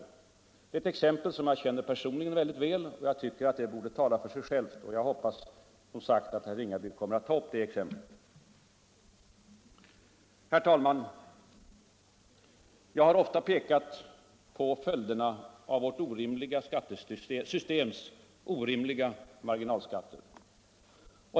Det exemplet känner jag personligen väl. Det borde tala för sig självt. Herr talman! Jag har ofta pekat på vissa följer av vårt orimliga skattesystems orimliga marginalskatter.